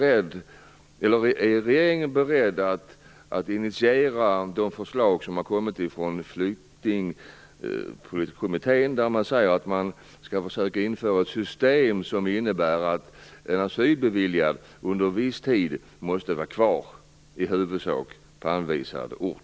Är regeringen beredd att initiera det förslag som har kommit från Flyktingpolitiska kommittén om att införa ett system som innebär att en asylbeviljad under viss tid i huvudsak måste vara kvar på anvisad ort?